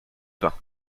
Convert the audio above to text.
pain